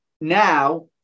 now